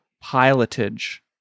pilotage